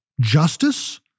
justice